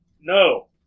No